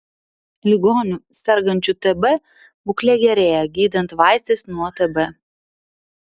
ligonių sergančių tb būklė gerėja gydant vaistais nuo tb